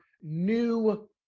new